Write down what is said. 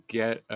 get